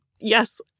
yes